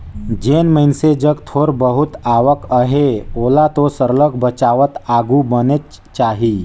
जेन मइनसे जग थोर बहुत आवक अहे ओला तो सरलग बचावत आघु बढ़नेच चाही